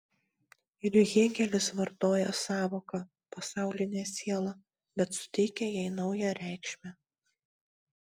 ir hėgelis vartoja sąvoką pasaulinė siela bet suteikia jai naują reikšmę